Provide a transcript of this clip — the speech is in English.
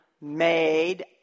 made